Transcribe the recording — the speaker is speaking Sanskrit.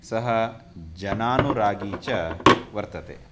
सः जनानुरागी च वर्तते